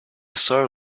sœur